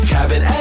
Cabin